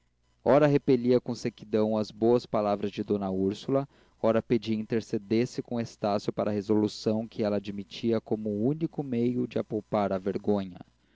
ora repelia com sequidão as boas palavras de d úrsula ora pedia intercedesse com estácio para a resolução que ela admitia como único meio de a poupar à vergonha